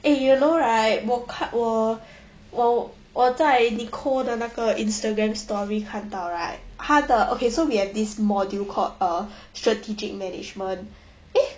eh you know right 我看我我我在 nicole 的那个 instagram story 看到 right 她的 okay so we have this module called uh strategic management eh